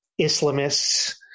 Islamists